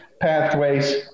pathways